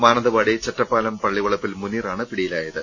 മാനന്തവാടി ചെറ്റപ്പാലം പള്ളിവളപ്പിൽ മുനീറാണ് പിടിയിലായത്